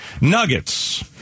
Nuggets